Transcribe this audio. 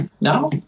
now